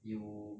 you